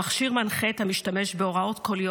המכשיר מנחה את המשתמש בהוראות קוליות